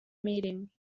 meeting